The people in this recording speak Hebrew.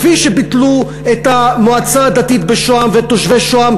כפי שביטלו את המועצה הדתית בשוהם ותושבי שוהם